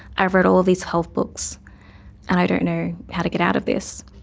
i've read all of these health books and i don't know how to get out of this'.